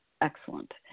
excellent